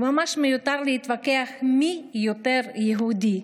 וממש מיותר להתווכח מי יותר יהודי,